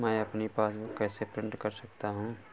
मैं अपनी पासबुक कैसे प्रिंट कर सकता हूँ?